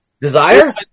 Desire